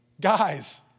Guys